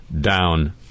down